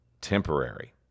temporary